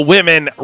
Women